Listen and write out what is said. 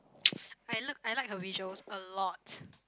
I look I like her visuals a lot